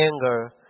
anger